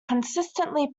consistently